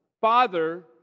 Father